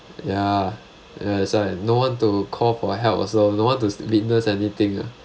ya ya that's why no one to call for help also no one to witness anything ah